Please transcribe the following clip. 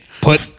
put